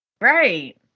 Right